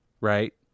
right